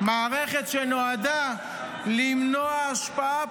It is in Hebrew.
מערכת שנועדה למנוע השפעה פוליטית,